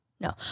No